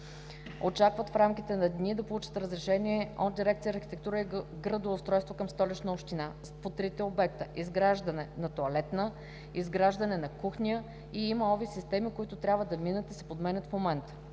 Очакват в рамките на дни да получат разрешението за строеж от Дирекция „Архитектура и градоустройство“ към Столична община по трите обекта: изграждане на тоалетна, изграждане на кухня и има ОВИ системи, които трябва да минат и да се подменят в момента.